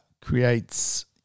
creates